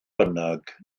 bynnag